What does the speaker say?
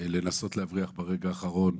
לנסות ברגע האחרון